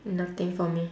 nothing for me